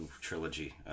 trilogy